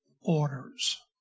orders